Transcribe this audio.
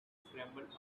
scrambled